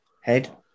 head